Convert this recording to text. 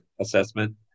assessment